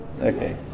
Okay